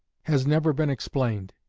has never been explained.